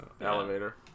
Elevator